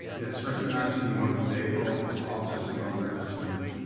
yes, recognizing the month of april as autism awareness month.